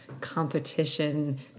competition